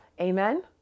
Amen